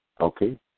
Okay